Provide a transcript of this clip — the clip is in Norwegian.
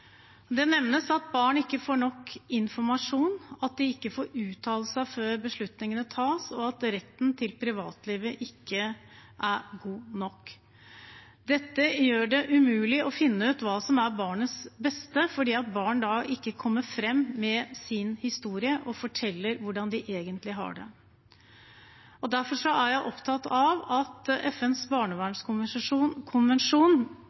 Det nevnes at barn får ikke nok informasjon, at de får ikke uttale seg før beslutninger tas, og retten til privatliv ikke er god nok. Dette gjør det umulig å finne ut hva som er barnets beste, fordi barn ikke kommer frem med sin historie og forteller hvordan de egentlig har det. Derfor er jeg opptatt av at FNs